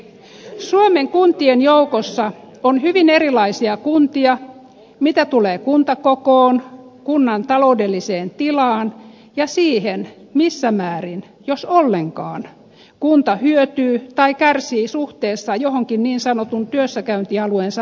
suomen kuntien joukossa on hyvin erilaisia kuntia mitä tulee kuntakokoon kunnan taloudelliseen tilaan ja siihen missä määrin jos ollenkaan kunta hyötyy tai kärsii suhteessa johonkin niin sanotun työssäkäyntialueensa lähikuntaan